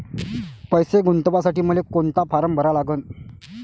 पैसे गुंतवासाठी मले कोंता फारम भरा लागन?